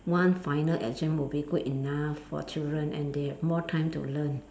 one final exam would be good enough for children and they have more time to learn